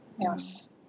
yes